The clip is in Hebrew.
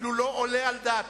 אפילו לא עולה על דעתי.